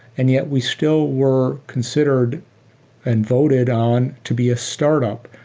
and yet we still were considered and voted on to be a startup.